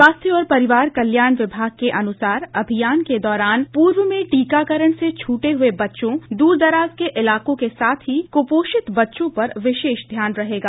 स्वास्थ्य और परिवार कल्याण विभाग के अनुसार अभियान के दौरान पूर्व में टीकाकरण से छूटे हुये बच्चों दूरदराज के इलाकों के साथ ही कुपोषित बच्चों पर विशेष ध्यान रहेगा